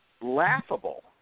laughable